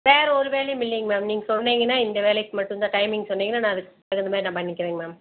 வேறே ஒரு வேலையும் இல்லிங்க மேம் நீங்க சொன்னீங்கன்னால் இந்த வேலைக்கு மட்டுந்தான் டைமிங் சொன்னீங்கன்னால் நான் அதுக்கு தகுந்த மாதிரி நான் பண்ணிக்கிறேங்க மேம்